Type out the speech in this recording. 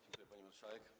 Dziękuję, pani marszałek.